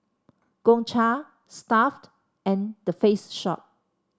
Gongcha Stuff'd and The Face Shop